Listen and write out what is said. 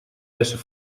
lessen